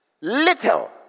little